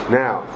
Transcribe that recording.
now